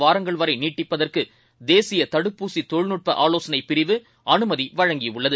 வாரங்கள் வரைநீட்டிப்பதற்குதேசியதடுப்பூசிதொழில்நுட்பஆலோசனைபிரிவு அனுமதிவழங்கியுள்ளது